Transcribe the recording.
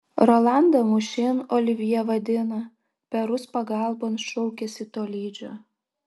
rolandą mūšin olivjė vadina perus pagalbon šaukiasi tolydžio